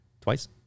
Twice